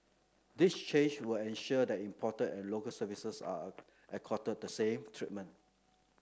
this change will ensure that imported and Local Services are accorded the same treatment